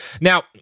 Now